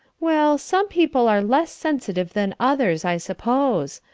well, some people are less sensitive than others, i suppose.